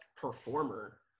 performer